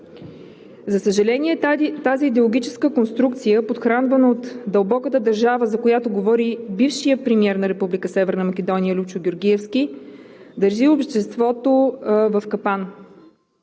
За съжаление, тази идеологическа конструкция, подхранвана от „дълбоката държава“, за която говори бившият премиер на Република Северна Македония – Любчо Георгиевски, държи обществото в капан